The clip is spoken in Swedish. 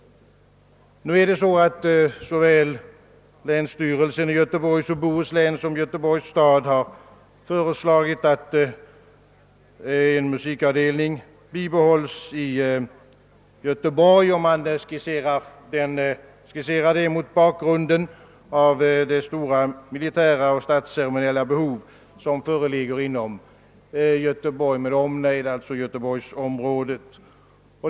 Nu har också såväl länsstyrelsen i Göteborgs och Bohus län som Göteborgs stad föreslagit att en musikavdelning bibehålles i Göteborg. Man har därvid åberopat de stora militära och stadsceremoniella behov som föreligger inom Göteborgsområdet.